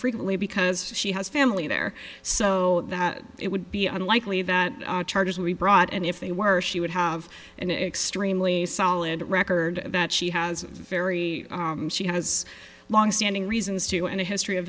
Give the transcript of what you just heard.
frequently because she has family there so that it would be unlikely that charges will be brought and if they were she would have an extremely solid record that she has a very she has long standing reasons two and a history of